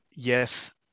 Yes